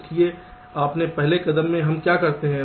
इसलिए अपने पहले कदम में हम क्या करते हैं